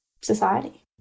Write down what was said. society